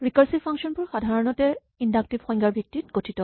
recursive function বোৰ সাধাৰণতে inductive সংজ্ঞাৰ ভিত্তিত গঠিত